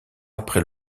après